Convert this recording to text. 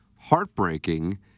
heartbreaking